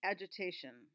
Agitation